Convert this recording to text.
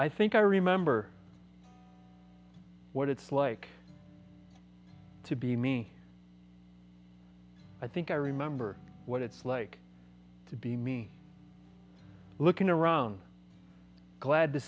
i think i remember what it's like to be me i think i remember what it's like to be me looking around glad to